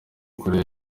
koreya